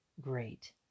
great